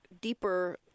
deeper